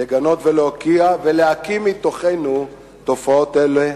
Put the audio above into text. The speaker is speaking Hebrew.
לגנות ולהוקיע, ולהקיא מתוכנו תופעות אלה,